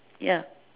ya